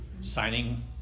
signing